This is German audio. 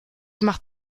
macht